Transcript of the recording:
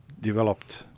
developed